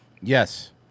Yes